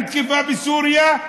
עם תקיפה בסוריה,